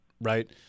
right